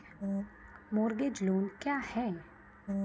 Mortgage loan क्या है?